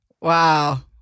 wow